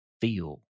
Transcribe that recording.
feel